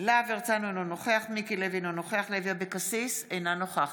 יוראי להב הרצנו, אינו נוכח מיקי לוי, אינו נוכח